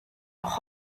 auch